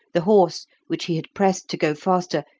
the horse, which he had pressed to go faster,